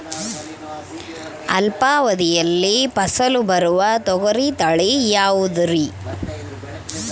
ಅಲ್ಪಾವಧಿಯಲ್ಲಿ ಫಸಲು ಬರುವ ತೊಗರಿ ತಳಿ ಯಾವುದುರಿ?